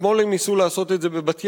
אתמול הם ניסו לעשות את זה בבת-ים,